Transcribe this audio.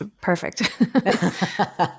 perfect